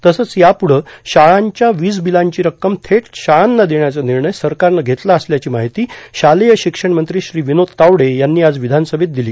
तसंच याप्रढं शाळांच्या वीज बिलांची रक्कम थेट शाळांना देण्याचा निर्णय सरकारनं घेतला असल्याची माहिती शालेय शिक्षणमंत्री श्री विनोद तावडे यांनी विधानसभेत दिली